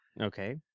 Okay